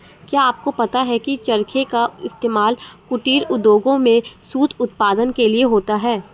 क्या आपको पता है की चरखे का इस्तेमाल कुटीर उद्योगों में सूत उत्पादन के लिए होता है